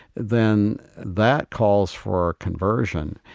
then that calls for a conversion.